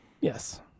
yes